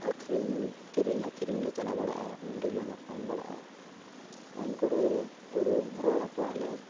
ᱟᱠᱷᱨᱤᱧ ᱠᱤᱨᱤᱧ ᱟᱠᱷᱨᱤᱧ ᱞᱮ ᱪᱟᱞᱟᱣ ᱵᱟᱲᱟᱜᱼᱟ ᱩᱱᱨᱮᱞᱮ ᱧᱟᱯᱟᱢ ᱵᱟᱲᱟᱜᱼᱟ ᱩᱱᱠᱚᱨᱮ ᱩᱨᱩᱢ ᱨᱚᱲᱟᱠᱚᱣᱟᱞᱮ